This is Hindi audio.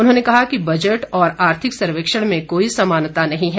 उन्होंने कहा कि बजट और आर्थिक सर्वेक्षण में कोई समानता नहीं है